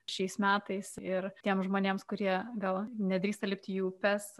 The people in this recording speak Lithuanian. šiais metais ir tiems žmonėms kurie gal nedrįsta lipti į upes